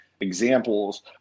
examples